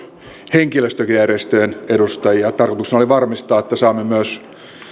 henkilöstöjärjestöjen edustajia tarkoituksena oli varmistaa että saamme myös